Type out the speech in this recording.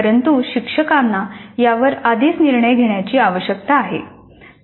परंतु शिक्षकांना यावर आधीच निर्णय घेण्याची आवश्यकता आहे